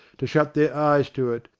to shut their eyes to it,